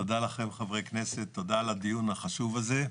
תודה לכם, חברי הכנסת, תודה על הדיון החשוב הזה.